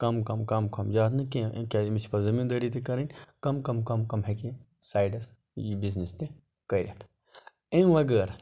کم کم کم کم زیاد نہٕ کینٛہہ کیاز امس چھِ پَتہٕ زمیٖندٲری تہِ کَرٕنۍ کم کم کم کم ہیٚکہِ یہِ سایڈَس یہِ بِزنِس تہِ کٔرِتھ امہ بَغٲر